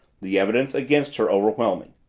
the evidence against her overwhelming.